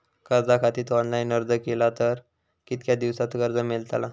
कर्जा खातीत ऑनलाईन अर्ज केलो तर कितक्या दिवसात कर्ज मेलतला?